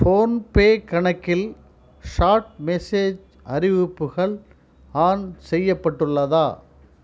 PhonePe கணக்கில் chat message அறிவிப்புகள் on செய்யப்பட்டுள்ளதா